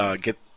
get